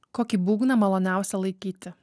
kokį būgną maloniausia laikyti